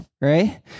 right